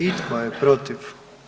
I tko je protiv?